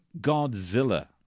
Godzilla